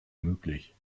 möglich